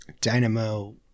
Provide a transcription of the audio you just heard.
Dynamo